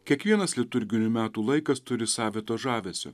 kiekvienas liturginių metų laikas turi savito žavesio